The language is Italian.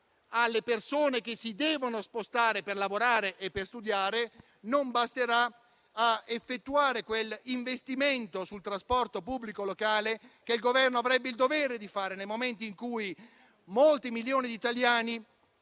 alle persone che si devono spostare per lavorare e per studiare; non basterà a effettuare quell'investimento sul trasporto pubblico locale che il Governo avrebbe il dovere di fare, nel momento in cui molti milioni di italiani